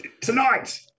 tonight